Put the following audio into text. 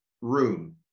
room